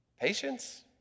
patience